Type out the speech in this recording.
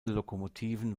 lokomotiven